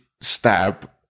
stab